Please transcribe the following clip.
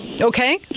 Okay